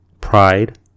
pride